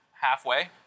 halfway